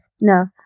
No